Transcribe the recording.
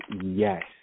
yes